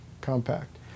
compact